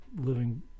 living